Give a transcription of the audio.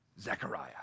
Zechariah